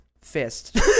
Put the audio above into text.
fist